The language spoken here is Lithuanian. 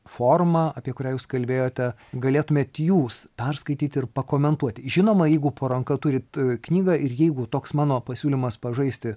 formą apie kurią jūs kalbėjote galėtumėt jūs perskaityti ir pakomentuoti žinoma jeigu po ranka turit knygą ir jeigu toks mano pasiūlymas pažaisti